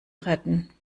retten